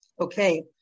Okay